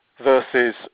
versus